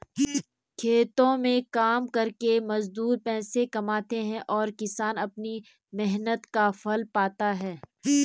खेतों में काम करके मजदूर पैसे कमाते हैं और किसान अपनी मेहनत का फल पाता है